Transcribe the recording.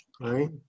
right